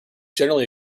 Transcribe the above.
generally